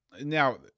Now